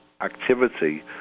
activity